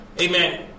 Amen